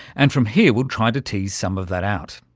and from here we'll try to tease some of that out.